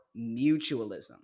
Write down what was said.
mutualism